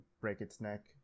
break-its-neck